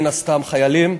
מן הסתם חיילים,